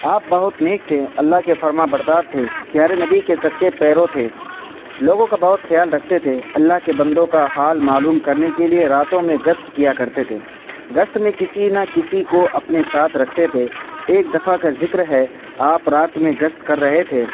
آپ بہت نیک تھے اللہ کے فرما بردار تھے پیارے نبی کے سچے پیرو تھے لوگوں کا بہت خیال رکھتے تھے اللہ کے بندوں کا حال معلوم کرنے کے لیے راتوں میں گشت کیا کرتے تھے گشت میں کسی نہ کسی کو اپنے ساتھ رکھتے تھے ایک دفع کا ذکر ہے آپ رات میں گشت کر رہے تھے